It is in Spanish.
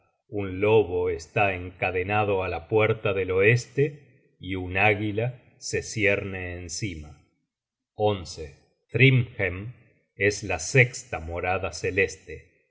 un lobo está encadenado á la puerta del oeste y un águila se cierne encima thrymhem es la sesta morada celeste